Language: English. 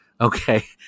Okay